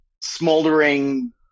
smoldering